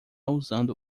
usando